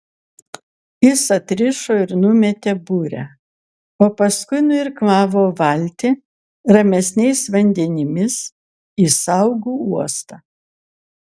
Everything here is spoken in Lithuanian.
jis atrišo ir numetė burę o paskui nuirklavo valtį ramesniais vandenimis į saugų uostą